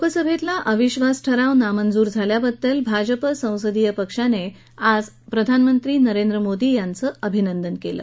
लोकसभेतला अविश्वास ठराव नामंजूर झाल्याबद्दल भाजप संसदीय पक्षाने आज प्रधानमंत्री नरेंद्र मोदी यांचे अभिनंदन केलं